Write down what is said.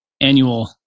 annual